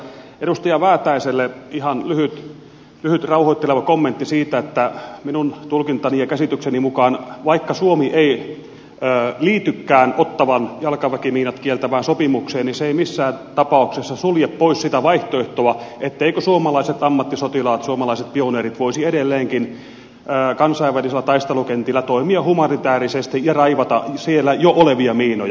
edustaja väätäiselle ihan lyhyt rauhoitteleva kommentti siitä että minun tulkintani ja käsitykseni mukaan vaikka suomi ei liitykään ottawan jalkaväkimiinat kieltävään sopimukseen se ei missään tapauksessa sulje pois sitä vaihtoehtoa etteivätkö suomalaiset ammattisotilaat suomalaiset pioneerit voisi edelleenkin kansainvälisillä taistelukentillä toimia humanitäärisesti ja raivata siellä jo olevia miinoja